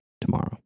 tomorrow